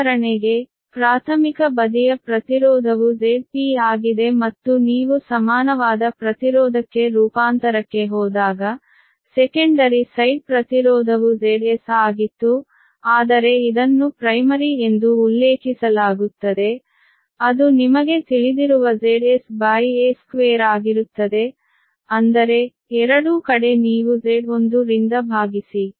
ಉದಾಹರಣೆಗೆ ಪ್ರಾಥಮಿಕ ಬದಿಯ ಪ್ರತಿರೋಧವು Zp ಆಗಿದೆ ಮತ್ತು ನೀವು ಸಮಾನವಾದ ಪ್ರತಿರೋಧಕ್ಕೆ ರೂಪಾಂತರಕ್ಕೆ ಹೋದಾಗ ಸೆಕೆಂಡರಿ ಸೈಡ್ ಪ್ರತಿರೋಧವು Zs ಆಗಿತ್ತು ಆದರೆ ಇದನ್ನು ಪ್ರೈಮರಿ ಎಂದು ಉಲ್ಲೇಖಿಸಲಾಗುತ್ತದೆ ಅದು ನಿಮಗೆ ತಿಳಿದಿರುವ Zsa2 ಆಗಿರುತ್ತದೆ ಅಂದರೆ ಎರಡೂ ಕಡೆ ನೀವು Z1 ರಿಂದ ಭಾಗಿಸಿ